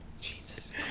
Jesus